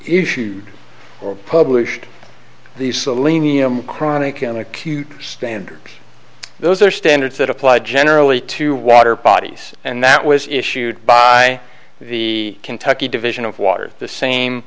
issued or published the selenium chronic and acute standard those are standards that apply generally to water bodies and that was issued by the kentucky division of water the same